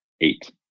eight